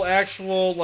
actual